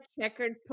checkered